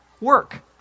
work